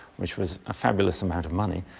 which was a fabulous amount of money,